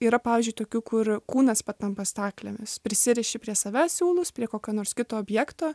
yra pavyzdžiui tokių kur kūnas patampa staklėmis prisiriši prie savęs siūlus prie kokio nors kito objekto